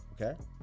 okay